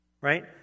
Right